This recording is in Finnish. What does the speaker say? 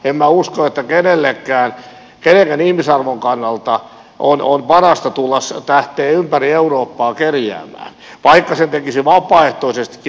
en minä usko että kenenkään ihmisarvon kannalta on parasta lähteä ympäri eurooppaa kerjäämään vaikka sen tekisi vapaaehtoisestikin